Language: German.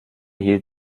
hielt